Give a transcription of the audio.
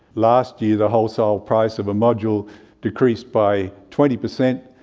last year the wholesale price of a module decreased by twenty per cent.